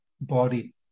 body